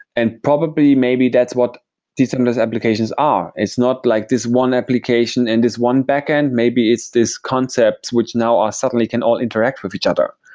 and probably maybe that's what decentralized applications are. it's not like this one application and this one backend. maybe it's this concept which now suddenly can all interact with each other.